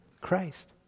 Christ